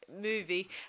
movie